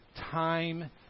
time